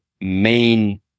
main